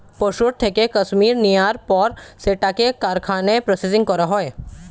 পশুর থেকে কাশ্মীর নেয়ার পর সেটাকে কারখানায় প্রসেসিং করা হয়